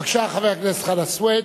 בבקשה, חבר הכנסת חנא סוייד.